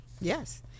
Yes